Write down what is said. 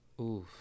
Oof